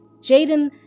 Jaden